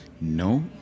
No